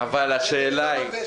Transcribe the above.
זה נראה לי קצת מוזר.